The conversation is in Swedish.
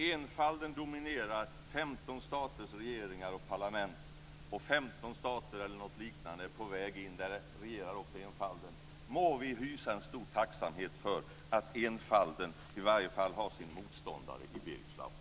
Enfalden dominerar 15 staters regeringar och parlament. Också i ett motsvarande antal stater som är på väg in regerar enfalden. Må vi hysa en stor tacksamhet för att enfalden i varje fall har sin motståndare i Birger Schlaug!